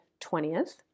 20th